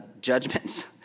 judgments